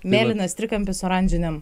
mėlynas trikampis oranžiniam